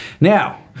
Now